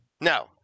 No